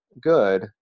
good